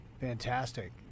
Fantastic